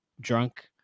drunk